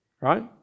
right